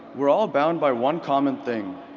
we're all bound by one common thing.